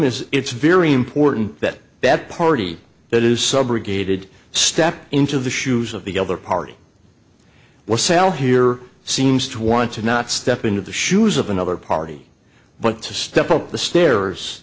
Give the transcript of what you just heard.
is it's very important that that party that is subrogated step into the shoes of the other party will sell here seems to want to not step into the shoes of another party but to step up the stairs